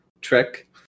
trick